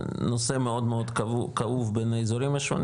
הנושא מאוד מאוד כאוב בין האזורים השונים